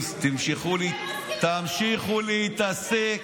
תמשיכו להתעסק,